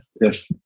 Yes